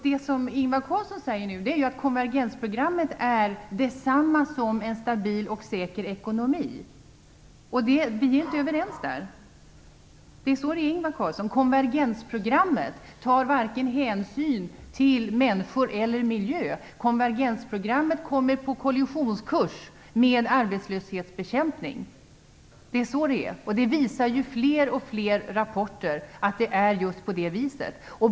Det som Ingvar Carlsson säger nu är att konvergensprogrammet är detsamma som en stabil och säker ekonomi. Vi är inte överens där. Det är så det är, Ingvar Carlsson. Konvergensprogrammet tar varken hänsyn till människor eller till miljö. Konvergensprogrammet kommer på kollisionskurs med arbetslöshetsbekämpning. Det är så det är. Fler och fler rapporter visar att det är just på det viset.